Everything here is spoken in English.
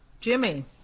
Jimmy